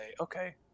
okay